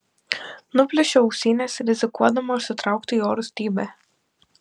nuplėšiu ausines rizikuodama užsitraukti jo rūstybę